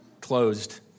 closed